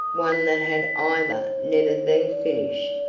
one that had either never been finished,